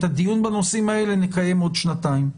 הדיון בנושאים האלה נקיים בעוד שנתיים.